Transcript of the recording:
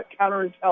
counterintelligence